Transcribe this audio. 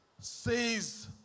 says